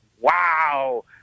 wow